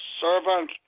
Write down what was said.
servant